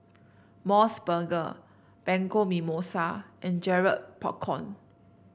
MOS burger Bianco Mimosa and Garrett Popcorn